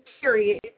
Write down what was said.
period